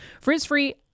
Frizz-free